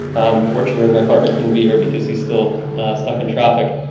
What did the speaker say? unfortunately my partner couldn't be here because he's still stuck in traffic.